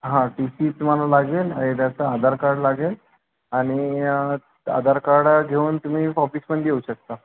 हां T C तुम्हाला लागेल आणि त्याचं आधार कार्ड लागेल आणि आधार कार्डा घेऊन तुम्ही ऑफिसपर्यंत येऊ शकता